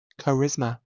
Charisma